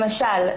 למשל,